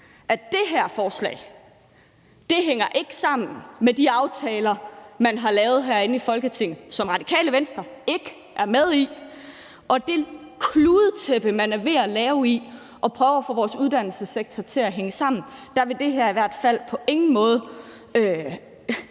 at det her forslag ikke hænger sammen med de aftaler, man har lavet herinde i Folketinget, og som Radikale Venstre ikke er med i. Og i det kludetæppe, man er ved at lave i forhold til at prøve at få vores uddannelsessektor til at hænge sammen, vil det her i hvert fald på ingen måde